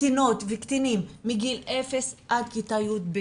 קטינות וקטינים מגיל 0 עד גיל 18,